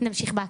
נמשיך בהקראה.